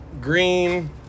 Green